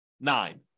nine